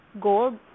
gold